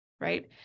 right